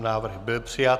Návrh byl přijat.